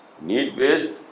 Need-based